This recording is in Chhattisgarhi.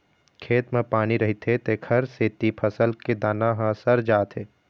खेत म पानी रहिथे तेखर सेती फसल के दाना ह सर जाथे